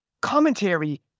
Commentary